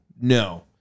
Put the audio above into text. No